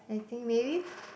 I think maybe